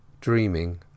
dreaming